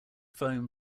foam